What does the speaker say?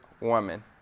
woman